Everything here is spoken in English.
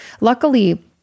Luckily